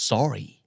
Sorry